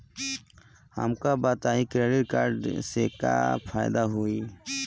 हमका बताई credit card से का फायदा होई?